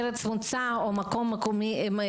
ארץ מוצא או מקום מגורים.